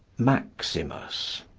maximus,